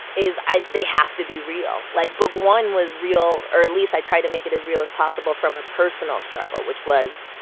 is i they have to be real. like, book one was real, or at least i tried to make it as real as possible from a personal struggle, which was,